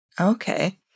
Okay